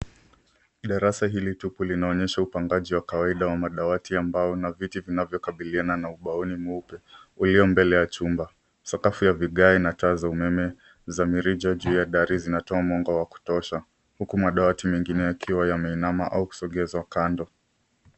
Darasa hili tupu linaonyesha upandaji wa kawaida wa madawati ambayo vinakabiliana na ubaoni mweupe ulio mbele wa chumba, sakafu ya vigae na taa za umeme na mirija juu ya dari zinatoa mwanga wa kutosha huku madawati mengine yakiwa yameinama au kusongezwa kando.